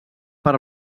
per